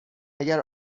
اگر